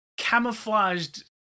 camouflaged